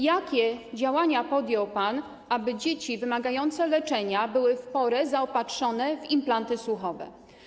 Jakie działania podjął pan, aby dzieci wymagające leczenia były w porę zaopatrzone w implanty słuchowe?